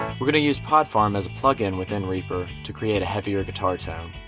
we're going to use pod farm as a plugin within reaper to create a heavier guitar tone.